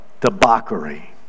debauchery